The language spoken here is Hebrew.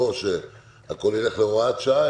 לא שהכול ילך להוראת שעה,